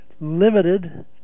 limited